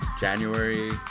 january